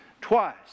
Twice